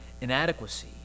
inadequacy